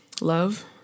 love